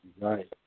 Right